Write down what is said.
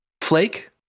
Flake